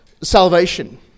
salvation